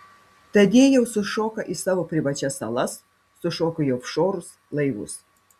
tad jie jau sušoka į savo privačias salas sušoka į ofšorus laivus